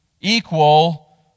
equal